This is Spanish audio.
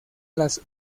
las